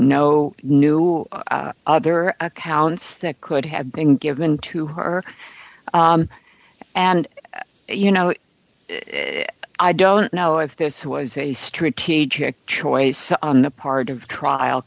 no new other accounts that could have been given to her and you know i don't know if this was a strategic choice on the part of trial